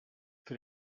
für